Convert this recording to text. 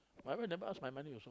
my wife never ask my money also